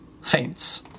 faints